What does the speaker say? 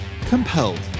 compelled